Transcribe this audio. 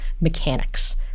mechanics